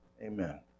Amen